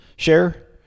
share